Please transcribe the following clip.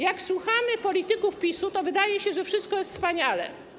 Jak słuchamy polityków PiS-u, to wydaje się, że wszystko jest wspaniale.